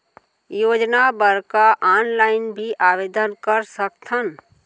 योजना बर का ऑनलाइन भी आवेदन कर सकथन?